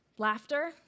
laughter